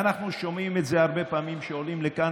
ואנחנו שומעים הרבה פעמים שעולים לכאן